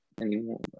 anymore